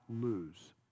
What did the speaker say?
lose